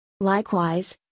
Likewise